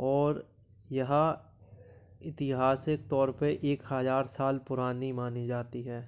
और यह इतिहासिक तौर पे एक हज़ार साल पुरानी मानी जाती है